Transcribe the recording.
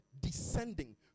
Descending